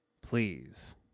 please